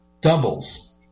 doubles